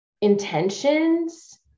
intentions